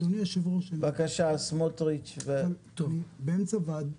אדוני היושב ראש, אני באמצע דיון.